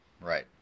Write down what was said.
Right